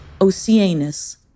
Oceanus